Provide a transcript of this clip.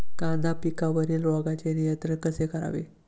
कांदा पिकावरील रोगांचे नियंत्रण कसे करावे?